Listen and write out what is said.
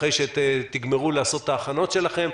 אחרי שתגמרו לעשות את ההכנסות שלכם,